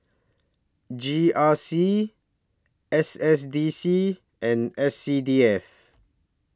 G R C S S D C and S C D F